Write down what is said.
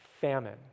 famine